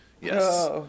Yes